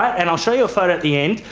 and i'll show you a photo at the end,